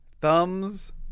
Thumbs